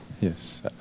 Yes